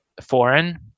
foreign